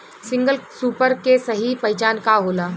Single super के सही पहचान का होला?